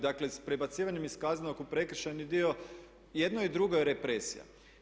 Dakle, prebacivanjem iz kaznenog u prekršajni dio jedno i drugo je represija.